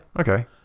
Okay